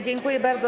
Dziękuję bardzo.